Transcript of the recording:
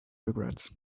regrets